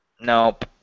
Nope